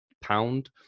pound